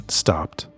stopped